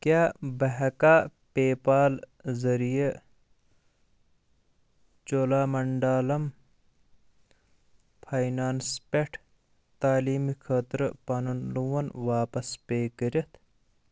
کیٛاہ بہٕ ہٮ۪کھا پے پال ذٔریعہِ چولامنٛڈَلم فاینانس پٮ۪ٹھ تعلیٖمہِ خٲطرٕ پَنُن لون واپس پے کٔرِتھ